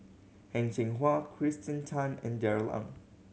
Heng Cheng Hwa Kirsten Tan and Darrell Ang